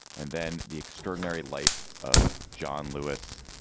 and then the extraordinary life of john lewis,